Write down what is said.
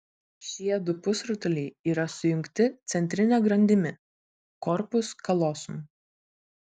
šie du pusrutuliai yra sujungti centrine grandimi korpus kalosum